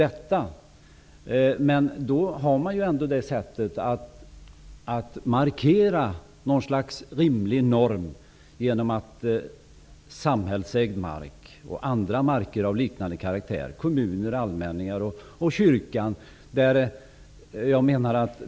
Men man kan ändå markera något slags rimlig norm, åtminstone när det gäller samhällsägd mark och mark av liknande karaktär, som kommunmark, allmänningar och kyrkans mark.